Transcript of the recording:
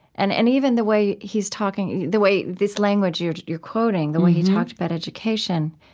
and and even the way he's talking the way this language you're you're quoting, the way he talked about education,